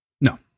No